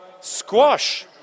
squash